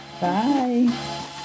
Bye